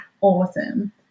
awesome